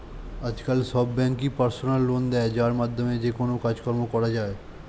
আজকাল সব ব্যাঙ্কই পার্সোনাল লোন দেয় যার মাধ্যমে যেকোনো কাজকর্ম করা যায়